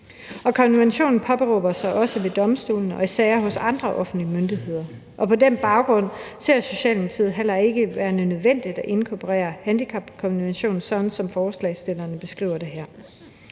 konventionen ved domstolene og i sager hos andre offentlige myndigheder, og på den baggrund ser Socialdemokratiet heller ikke det som værende nødvendigt at inkorporere handicapkonventionen, sådan som forslagsstillerne beskriver det her.